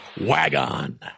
WagOn